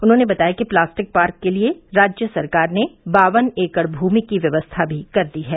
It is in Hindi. उन्होंने बताया कि प्लास्टिक पार्क के लिए राज्य सरकार ने बावन एकड़ भूमि की व्यवस्था भी कर दी है